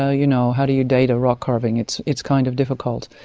ah you know, how do you date a rock carving? it's it's kind of difficult.